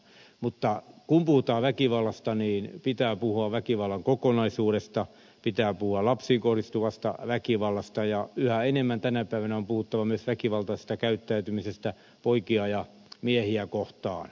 mutta kun puhutaan väkivallasta niin pitää puhua väkivallan kokonaisuudesta pitää puhua lapsiin kohdistuvasta väkivallasta ja yhä enemmän tänä päivänä on puhuttava myös väkivaltaisesta käyttäytymisestä poikia ja miehiä kohtaan